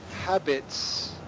habits